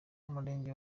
umurenge